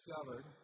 discovered